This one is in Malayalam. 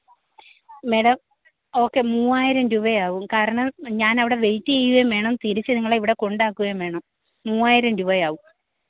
മാഡം ഓക്കെ മൂവായിരം രൂപയാവും കാരണം ഞാൻ അവിടെ വെയിറ്റ് ചെയ്യുകയും വേണം തിരിച്ച് നിങ്ങളെ ഇവിടെ കൊണ്ടാക്കുകയും വേണം മൂവായിരം രൂപയാവും